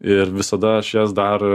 ir visada aš jas dar